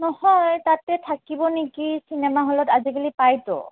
নহয় তাতে থাকিব নেকি চিনেমা হলত আজিকালি পাইতো